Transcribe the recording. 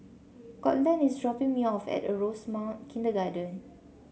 Courtland is dropping me off at Rosemount Kindergarten